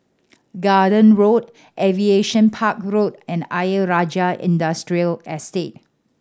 Garden Road Aviation Park Road and Ayer Rajah Industrial Estate